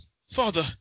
father